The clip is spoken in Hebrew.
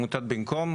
"במקום".